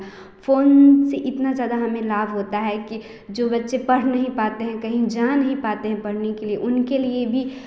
phone से इतना ज़्यादा हमें लाभ होता है कि जो बच्चे पढ़ नहीं पाते कहीं जा नहीं पाते हैं पढ़ने के लिए उनके लिए भी